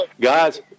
guys